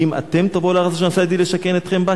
"אם אתם תבֹאו אל הארץ אשר נשאתי את ידי לשכן אתכם בה,